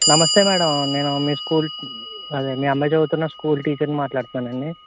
నమస్తే మ్యాడమ్ నేను మీ స్కూల్ అదే మీ అమ్మాయి చదువుతున్న స్కూల్ టీచర్ని మాట్లాడతన్నాను అండి